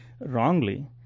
wrongly